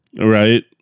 right